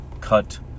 cut